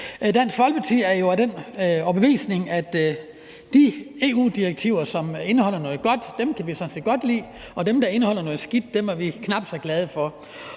Dansk Folkeparti har det jo sådan, at de EU-direktiver, som indeholder noget godt, kan vi sådan set godt lide, og dem, der indeholder noget skidt, er vi knap så glade for.